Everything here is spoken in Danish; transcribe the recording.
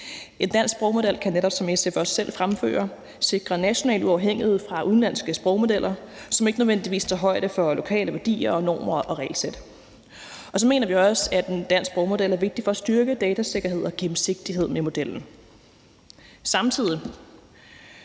En dansk sprogmodel kan netop, som SF også selv fremfører, sikre national uafhængighed fra udenlandske sprogmodeller, som ikke nødvendigvis tager højde for lokale værdier og normer og regelsæt. Og så mener vi også, at en dansk sprogmodel er vigtig for at styrke datasikkerhed og gennemsigtighed med modellen. Samtidig